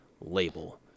label